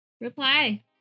Reply